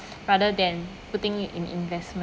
rather than putting it in investments